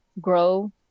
grow